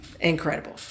incredible